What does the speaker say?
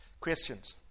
Questions